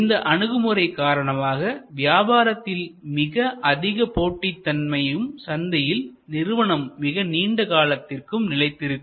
இந்த அணுகுமுறை காரணமாக வியாபாரத்தில் மிக அதிக போட்டித்தன்மையும் சந்தையில் நிறுவனம் மிக நீண்ட காலத்திற்கும் நிலைத்திருக்கும்